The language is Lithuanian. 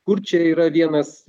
kur čia yra vienas